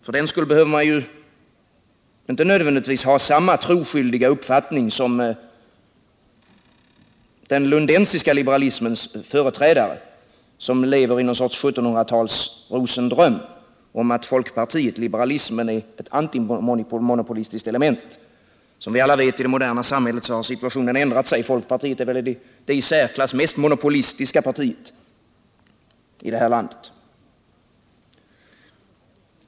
För den skull behöver man inte nödvändigtvis ha samma troskyldiga uppfattning som den lundensiska liberalismens företrädare, som lever i någon sorts rosendröm i 1700-talsstil om att folkpartiet, liberalismen, är ett antimonopolistiskt element. Som alla vet i det moderna samhället har situationen ändrat sig: folkpartiet är väl det i särklass mest monopolistiska partiet i det här landet.